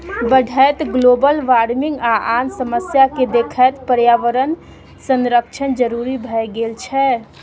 बढ़ैत global warming आ आन समस्या केँ देखैत पर्यावरण संरक्षण जरुरी भए गेल छै